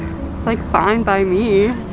like fine by me.